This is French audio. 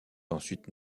ensuite